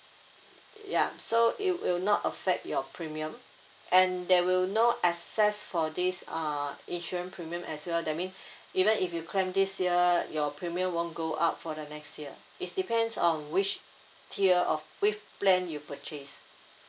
ya so it will not affect your premium and there will no excess for this uh insurance premium as well that mean even if you claim this year your premium won't go up for the next year it's depends on which tier of which plan you purchase